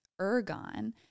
ergon